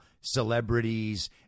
celebrities